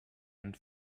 and